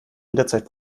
jederzeit